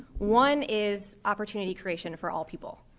one is opportunity creation for all people.